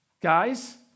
guys